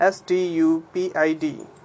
S-T-U-P-I-D